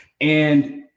And-